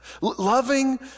Loving